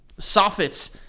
soffits